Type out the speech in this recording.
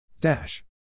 Dash